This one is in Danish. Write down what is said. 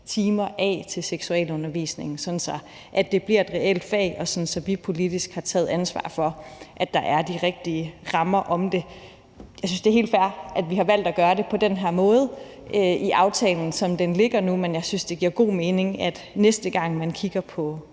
timer af til seksualundervisning, sådan at det bliver et reelt fag, og så vi politisk har taget ansvar for, at der er de rigtige rammer om det. Jeg synes, det er helt fair, at vi har valgt at gøre det på den her måde i aftalen, som den ligger nu, men jeg synes, det giver god mening, at man, næste gang der bliver